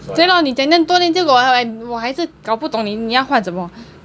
对 lor 你讲酱多 then 结果我我还是搞不懂你你要换什么